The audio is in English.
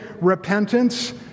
repentance